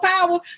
power